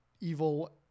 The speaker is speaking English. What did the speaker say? evil